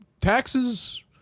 taxes